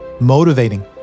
motivating